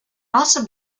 also